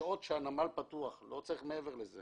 בשעות שהנמל פתוח לא צריך מעבר לזה